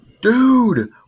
dude